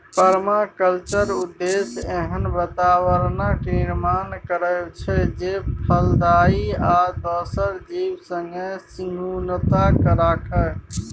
परमाकल्चरक उद्देश्य एहन बाताबरणक निर्माण करब छै जे फलदायी आ दोसर जीब संगे सहिष्णुता राखय